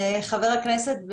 חבר הכנסת,